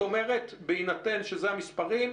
את אומרת, בהינתן שאלה המספרים,